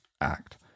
Act